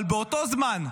אבל באותו זמן,